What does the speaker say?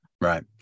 Right